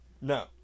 No